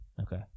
Okay